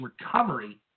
recovery